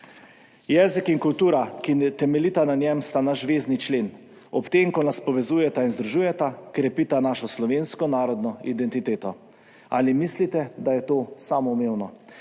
Jezik in kultura, ki temelji na njem, sta naš vezni člen. Ob tem, ko nas povezujeta in združujeta, krepita našo slovensko narodno identiteto. Ali mislite, da je to samoumevno?